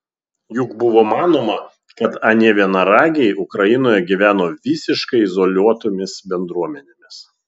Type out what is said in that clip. juk buvo manoma kad anie vienaragiai ukrainoje gyveno visiškai izoliuotomis bendruomenėmis